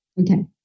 okay